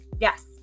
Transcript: Yes